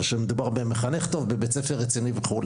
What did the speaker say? כשמדובר במחנך טוב, בבית ספר רציני וכו'